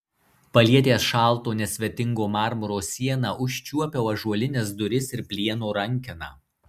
palietęs šalto nesvetingo marmuro sieną užčiuopiau ąžuolines duris ir plieno rankeną